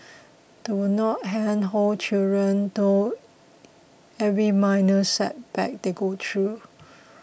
do not handhold children through every minor setback they go through